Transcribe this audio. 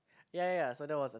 ya ya ya so that was a